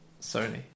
Sony